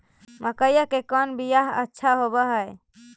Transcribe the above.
मकईया के कौन बियाह अच्छा होव है?